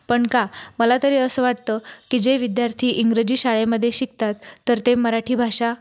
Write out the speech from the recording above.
पण का मला तरी असं वाटतं की जे विद्यार्थी इंग्रजी शाळेमध्ये शिकतात तर ते मराठी भाषा